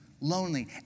lonely